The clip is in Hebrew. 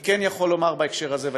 אני כן יכול לומר בהקשר הזה,